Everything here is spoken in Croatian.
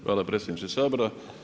Hvala predsjedniče Sabora.